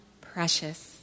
precious